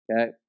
Okay